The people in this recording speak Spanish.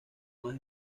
más